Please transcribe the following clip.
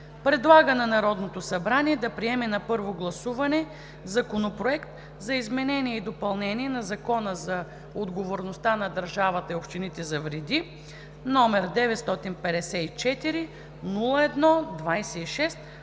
предлага на Народното събрание да приеме на първо гласуване Законопроект за изменение и допълнение на Закона за отговорността на държавата и общините за вреди, № 954-01-26,